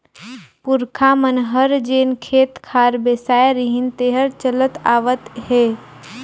पूरखा मन हर जेन खेत खार बेसाय रिहिन तेहर चलत आवत हे